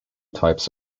types